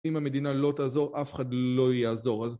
אם המדינה לא תעזור, אף אחד לא יעזור אז